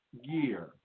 year